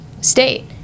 state